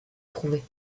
trouver